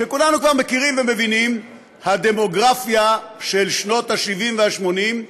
שכולנו כבר מכירים ומבינים: הדמוגרפיה של שנות ה-70 וה-80,